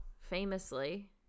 famously